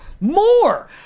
more